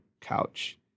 couch